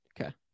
Okay